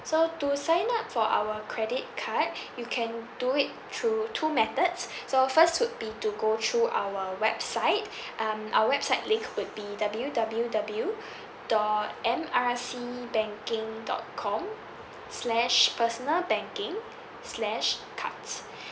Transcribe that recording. so to sign up for our credit card you can do it through two methods so first would be to go through our website um our website link would be W W W dot M R C banking dot com slash personal banking slash cards